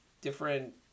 different